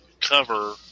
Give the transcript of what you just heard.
cover